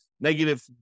negative